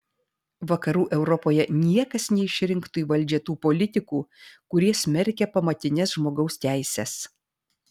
vakarų europoje niekas neišrinktų į valdžią tų politikų kurie smerkia pamatines žmogaus teises